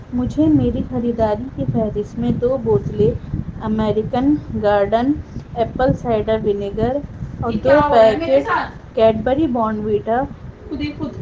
مجھے میری خریداری کی فہرست میں دو بوتلیں American Garden apple cider vinegar اور دو پیکٹ کیڈبری بارنویٹا